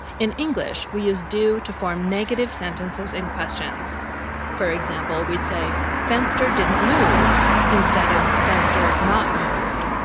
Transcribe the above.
in english, we use do to form negative sentences and questions for example, we'd say, fenster didn't move instead of fenster not moved,